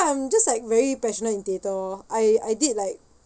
I'm just like very passionate in theatre orh I I did like